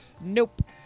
Nope